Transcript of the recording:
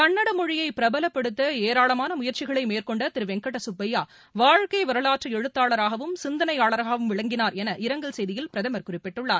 கன்னட மொழியை பிரபலப்படுத்த ஏராளமான முயற்சிகளை மேற்கொண்ட திரு வெங்கட சுப்பையா வாழ்க்கை வரலாற்று எழுத்தாளராகவும் சிந்தனையாளராகவும் விளங்கினார் என இரங்கல் செய்தியில் பிரதமர் குறிப்பிட்டுள்ளார்